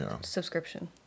subscription